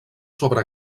sobre